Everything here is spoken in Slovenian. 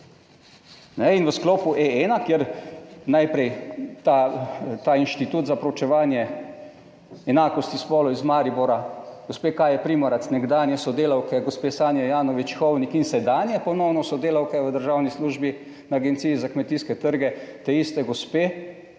In v sklopu E 1, kjer najprej ta Inštitut za preučevanje enakosti spolov iz Maribora gospe Kaje Primorac, nekdanje sodelavke gospe Sanje Ajanović Hovnik in sedanje ponovno sodelavke v državni službi na Agenciji za kmetijske trge te iste gospe,